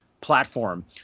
platform